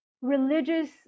religious